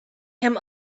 him